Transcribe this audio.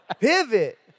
pivot